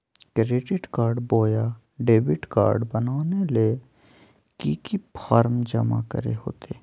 Credit card बोया debit card बनाने ले की की फॉर्म जमा करे होते?